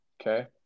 Okay